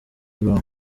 brown